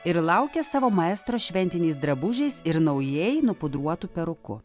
ir laukia savo maestro šventiniais drabužiais ir naujai nupudruotu peruku